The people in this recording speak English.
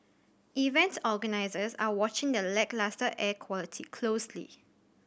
event organisers are watching the lacklustre air quality closely